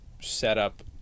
setup